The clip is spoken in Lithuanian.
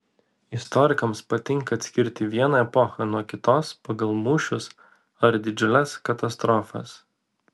istorikams patinka atskirti vieną epochą nuo kitos pagal mūšius ar didžiules katastrofas